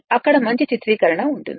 అక్కడ మంచి చిత్రీకరణ ఉంటుంది